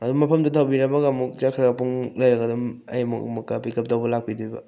ꯑꯗꯨꯝ ꯃꯐꯝꯗꯨ ꯊꯝꯕꯤꯔꯝꯃꯒ ꯑꯃꯨꯛ ꯆꯠꯈ꯭ꯔ ꯄꯨꯡꯃꯨꯛ ꯂꯩꯔꯒ ꯑꯗꯨꯝ ꯑꯩ ꯑꯃꯨꯛ ꯑꯃꯨꯛꯀ ꯄꯤꯛꯑꯞ ꯇꯧꯕ ꯂꯥꯛꯄꯤꯗꯣꯏꯕ